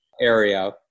area